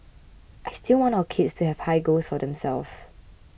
I still want our kids to have high goals for themselves